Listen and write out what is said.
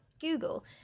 Google